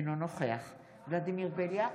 אינו נוכח ולדימיר בליאק,